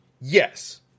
Yes